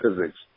physics